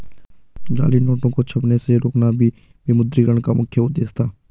जाली नोटों को छपने से रोकना भी विमुद्रीकरण का मुख्य उद्देश्य था